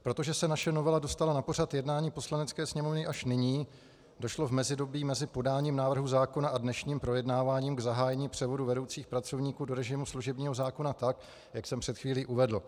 Protože se naše novela dostala na pořad jednání Poslanecké sněmovny až nyní, došlo v mezidobí mezi podáním návrhu zákon a dnešním projednáváním k zahájení převodu vedoucích pracovníků do režimu služebního zákona tak, jak jsem před chvílí uvedl.